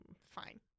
Fine